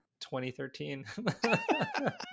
2013